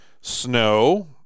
Snow